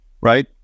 right